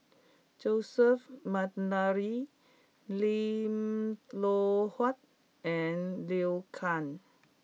Joseph McNally Lim Loh Huat and Liu Kang